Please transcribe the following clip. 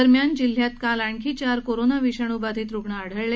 दरम्यान जिल्ह्यात काल आणखी चार कोरोना विषाणू बाधित रुग्ण आढळले